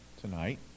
tonight